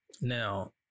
Now